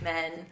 Men